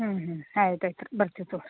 ಹ್ಞೂ ಹ್ಞೂ ಆಯ್ತು ಆಯ್ತು ರೀ ಬರ್ತೀವಿ ತಗೋ